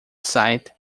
site